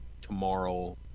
tomorrow